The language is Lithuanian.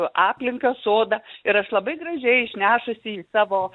aplinką sodą ir aš labai gražiai išnešusi į savo